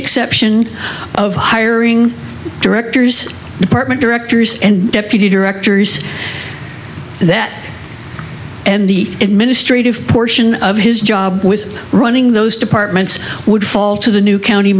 exception of hiring directors department directors and deputy directors that and the administrative portion of his job with running those departments would fall to the new county